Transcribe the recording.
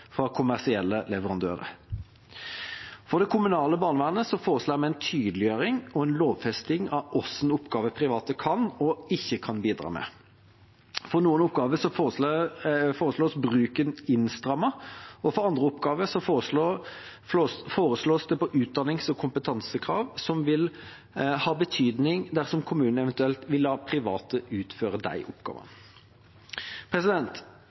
fra kommersielle leverandører. For det kommunale barnevernet foreslår vi en tydeliggjøring og en lovfesting av hvilke oppgaver private kan og ikke kan bidra med. For noen oppgaver foreslås bruken innstrammet, for andre oppgaver foreslås det utdannings- og kompetansekrav som vil ha betydning dersom kommunen eventuelt vil la private utføre de oppgavene.